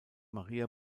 maria